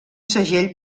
segell